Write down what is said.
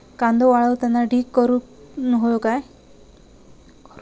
कांदो वाळवताना ढीग करून हवो काय?